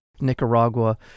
Nicaragua